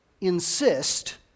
insist